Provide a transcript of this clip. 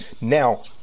Now